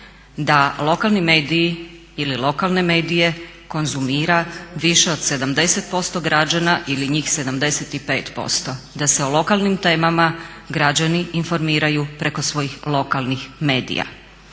da lokalni mediji ili lokalne medije konzumira više od 70% građana ili njih 75%, da se o lokalnim temama građani informiraju preko svojih lokalnih medija.